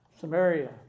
Samaria